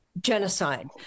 genocide